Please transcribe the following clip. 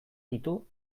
ditu